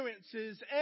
experiences